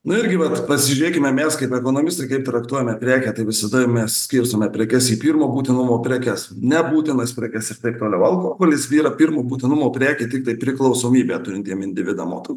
nu irgi vat pasižiūrėkime mes kaip ekonomistai kaip traktuojame prekę tai visada mes skirstome prekes į pirmo būtinumo prekes nebūtinas prekes ir taip toliau alkoholis yra pirmo būtinumo prekė tiktai priklausomybę turintiem individam o tokių